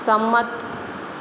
સંમત